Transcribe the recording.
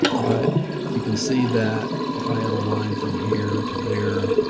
but you can see that if i had a line from here to there.